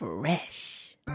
Fresh